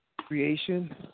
creation